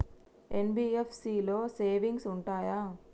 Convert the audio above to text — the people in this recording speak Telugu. ఎన్.బి.ఎఫ్.సి లో సేవింగ్స్ ఉంటయా?